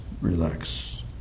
relax